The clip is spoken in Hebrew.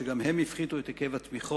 שגם הם הפחיתו את היקף התמיכות.